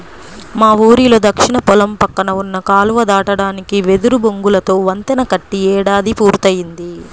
మా ఊరిలో దక్షిణ పొలం పక్కన ఉన్న కాలువ దాటడానికి వెదురు బొంగులతో వంతెన కట్టి ఏడాది పూర్తయ్యింది